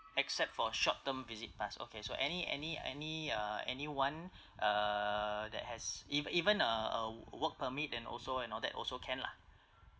except for short term visit pass okay so any any any uh anyone uh that has eve~ even a a a work permit then also and all that also can lah